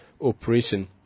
operation